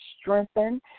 strengthen